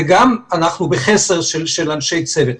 זה גם אנחנו בחסר של אנשי צוות.